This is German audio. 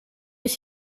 ich